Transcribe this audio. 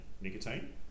nicotine